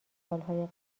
سالهای